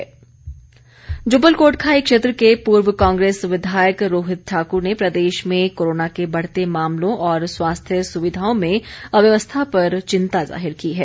रोहित ठाकूर जुब्बल कोटखाई क्षेत्र के पूर्व कांग्रेस विधायक रोहित ठाकूर ने प्रदेश में कोरोना के बढ़ते मामलों और स्वास्थ्य सुविधाओं में अव्यवस्था पर चिंता जाहिर की है